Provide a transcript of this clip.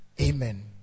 amen